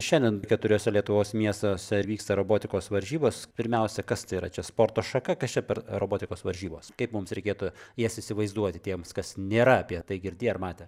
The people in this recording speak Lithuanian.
šiandien keturiuose lietuvos miestuose vyksta robotikos varžybos pirmiausia kas tai yra čia sporto šaka kas čia per robotikos varžybos kaip mums reikėtų jas įsivaizduoti tiems kas nėra apie tai girdėję ar matę